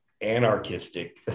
anarchistic